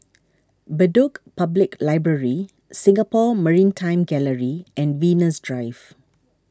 Bedok Public Library Singapore Maritime Gallery and Venus Drive